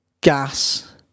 gas